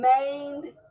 remained